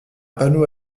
panneau